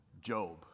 Job